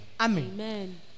Amen